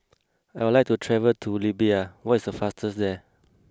I would like to travel to Libya what is the fastest there